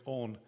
on